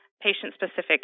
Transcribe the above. patient-specific